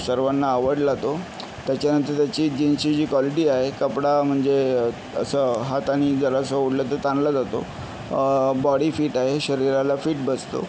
सर्वांना आवडला तो त्याच्यानंतर त्याची जीनची जी कॉलिटी आहे कपडा म्हणजे असं हाताने जरासं ओढलं तर ताणला जातो बॉडी फिट आहे शरीराला फिट बसतो